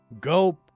Go